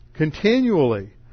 continually